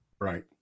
right